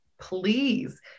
please